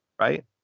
right